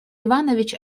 иванович